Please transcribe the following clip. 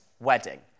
wedding